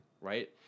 Right